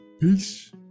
Peace